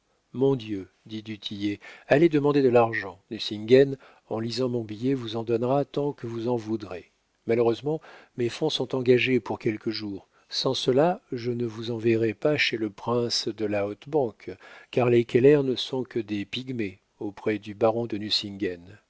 mon dieu dit du tillet allez demander de l'argent nucingen en lisant mon billet vous en donnera tant que vous en voudrez malheureusement mes fonds sont engagés pour quelques jours sans cela je ne vous enverrais pas chez le prince de la haute banque car les keller ne sont que des pygmées auprès du baron de